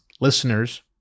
listeners